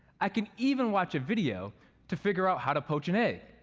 i can even watch a video to figure out how to poach an egg.